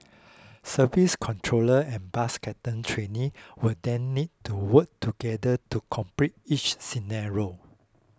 service controllers and bus captain trainees will then need to work together to complete each scenario